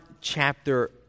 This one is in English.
chapter